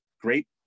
great